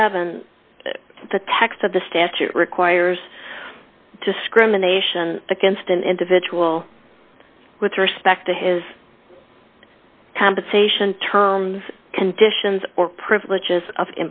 statute requires discrimination against an individual with respect to his compensation terms conditions or privileges of